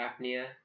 apnea